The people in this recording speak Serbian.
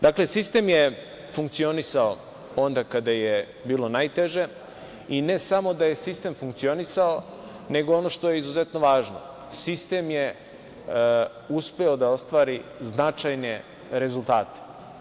Dakle, sistem je funkcionisao onda kada je bilo najteže i ne samo da je sistem funkcionisao, nego ono što je izuzetno važno, sistem je uspeo da ostvari značajne rezultate.